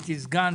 הייתי סגן,